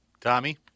Tommy